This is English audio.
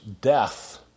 death